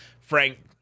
Frank